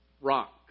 rock